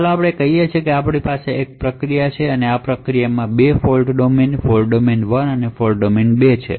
તો ચાલો આપણે કહીએ કે આપણી પાસે એક પ્રોસેસ છે અને આ પ્રોસેસમાં 2 ફોલ્ટ ડોમેન ફોલ્ટ ડોમેન 1 અને ફોલ્ટ ડોમેન 2 છે